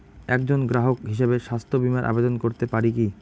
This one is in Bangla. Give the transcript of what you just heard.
একজন গ্রাহক হিসাবে স্বাস্থ্য বিমার আবেদন করতে পারি কি?